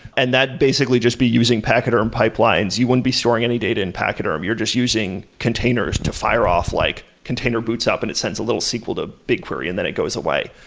and that basically just be using pachyderm pipelines. you wouldn't be storing any data in pachyderm. you're just using containers to fire off, like container boots up and it sends a little sql to the bigquery and then it goes away,